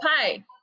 pie